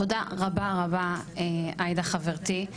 תודה רבה לך עאידה חברתי.